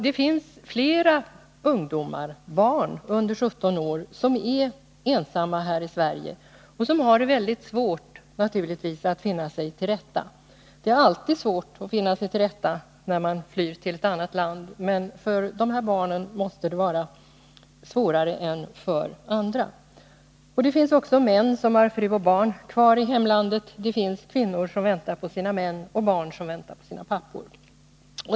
Det finns flera barn under 17 år som är ensamma här i Sverige och som naturligtvis har det mycket svårt att finna sig till rätta. Det är alltid svårt att finna sig till rätta när man flyr till ett annat land, men för dessa barn måste det vara svårare än för andra. Det finns också män som har fru och barn kvar i hemlandet. Det finns kvinnor som väntar på sina män, och barn som väntar på sina pappor.